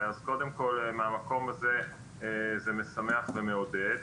אז קודם כל מהמקום הזה זה משמח ומעודד,